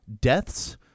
deaths